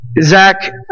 Zach